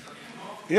אתה תתמוך?